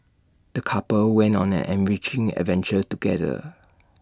the couple went on an enriching adventure together